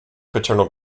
paternal